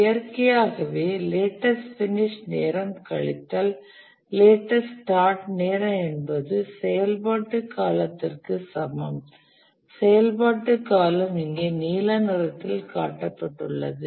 இயற்கையாகவே latest finish நேரம் கழித்தல் லேட்டஸ்ட் ஸ்டார்ட் நேரம் என்பது செயல்பாட்டு காலத்திற்கு சமம் செயல்பாட்டு காலம் இங்கே நீல நிறத்தில் காட்டப்பட்டுள்ளது